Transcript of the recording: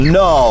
no